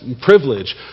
privilege